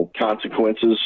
consequences